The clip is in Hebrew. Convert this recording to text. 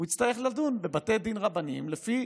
הוא יצטרך לדון בבתי דין רבניים לפי